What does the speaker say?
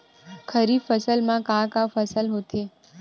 खरीफ फसल मा का का फसल होथे?